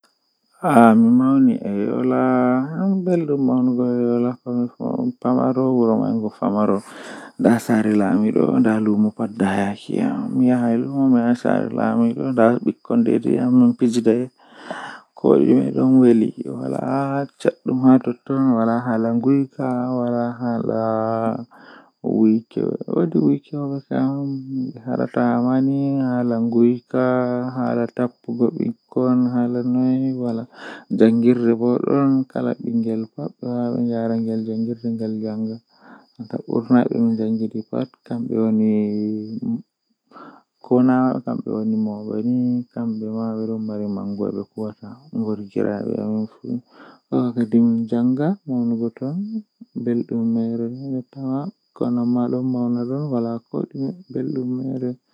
Ndabbawa jei mi buri yidugo kanjum woni gertugal ngam tomi wurni gertugam neebi-neebi mi wawan mi hirsa dum mi iyakka kudel am